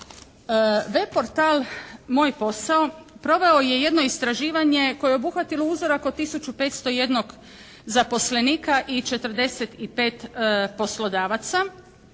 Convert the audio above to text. Web. portal "Moj posao" proveo je jedno istraživanje koje je obuhvatilo uzorak od tisuću 501 zaposlenika i 45 poslodavaca